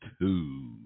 two